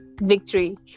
Victory